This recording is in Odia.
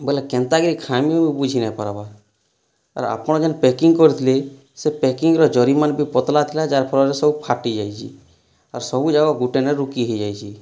ବୋଲେ କେନ୍ତା କେ ଖାଇବୁଁ ବୁଝି ନାଇପାର୍ବା ଆର୍ ଆପଣ ଜେନ୍ ପ୍ୟାକିଙ୍ଗ୍ କରିଥିଲେ ସେ ପ୍ୟାକିଙ୍ଗ୍ର ଜରିମାନ୍ ବି ପତଳା ଥିଲା ଯାର ଫଳରେ ସବୁ ଫାଟି ଯାଇଛି ଆର୍ ସବୁଯାକ ଗୋଟେ ନେ ରୁକି ହେଇଯାଇଛି